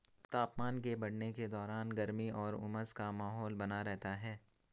तापमान के बढ़ने के दौरान गर्मी और उमस का माहौल बना रहता है